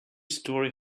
story